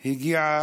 היא הגיעה